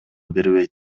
бербейт